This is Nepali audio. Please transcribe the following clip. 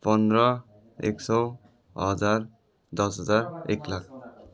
पन्ध्र एक सय हजार दस हजार एक लाख